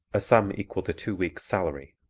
a sum equal to two weeks' salary.